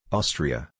Austria